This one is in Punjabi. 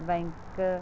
ਬੈਂਕ